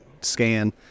scan